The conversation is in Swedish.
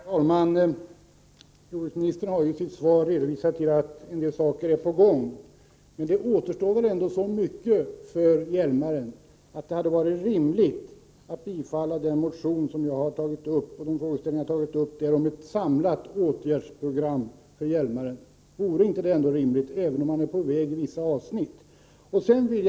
Herr talman! Jordbruksministern har i sitt svar hänvisat till att en del åtgärder pågår. Men så mycket återstår ändå att göra när det gäller Hjälmaren att det hade varit rimligt att bifalla de förslag jag har tagit upp om ett samlat åtgärdsprogram. Vore inte detta rimligt, även om man är på väg att vidta åtgärder inom vissa områden?